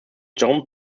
john